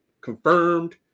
confirmed